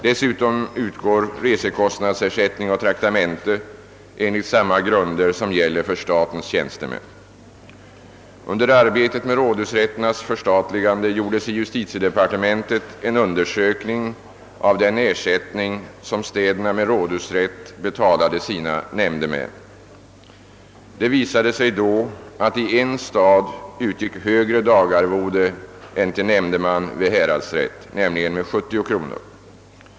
Dessutom utgår resekostnadsersättning och traktamente enligt samma grunder som gäller för statens tjänstemän. Under arbetet med rådhusrätternas förstatligande gjordes i justitiedepartementet en undersökning av den ersättning som städerna med rådhusrätt betalade sina nämndemän. Det visade sig då att i en stad utgick högre dagarvode än till nämndeman vid häradsrätt, nämligen med 70 kr.